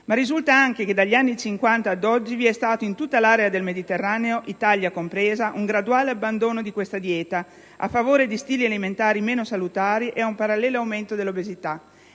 risulta anche che dagli anni Cinquanta ad oggi vi è stato, in tutta l'area del Mediterraneo, Italia compresa, un graduale abbandono di questa dieta a favore di stili alimentari meno salutari, con un parallelo aumento dell'obesità.